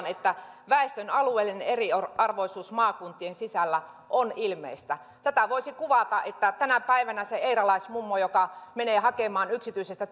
että väestön alueellinen eriarvoisuus maakuntien sisällä on ilmeistä tätä voisi kuvata siten että tänä päivänä sille eiralaismummolle joka menee hakemaan yksityiseltä